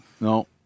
No